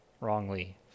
wrongly